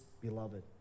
beloved